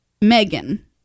Megan